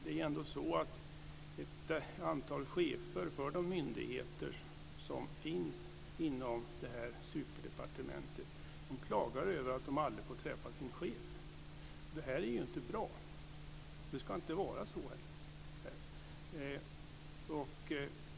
Det är ändå så att ett antal chefer för de myndigheter som finns inom det här superdepartementet klagar över att de aldrig får träffa sin chef. Det är inte bra. Det ska inte vara så.